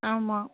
ஆமாம்